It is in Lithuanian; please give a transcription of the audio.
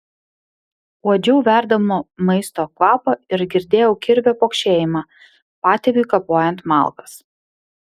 uodžiau verdamo maisto kvapą ir girdėjau kirvio pokšėjimą patėviui kapojant malkas